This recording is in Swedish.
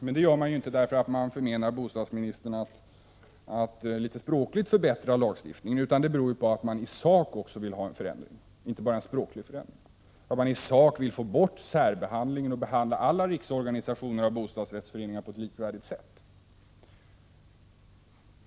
Men det gör man inte därför att man förmenar bostadsministern att språkligt förbättra lagstiftningen, utan det beror på att man vill ha till stånd en förändring också i sak — inte bara en språklig förändring. Man vill i sak ha bort särbehandlingen och behandla alla riksorganisationer av bostadsrättsföreningar på ett likvärdigt sätt.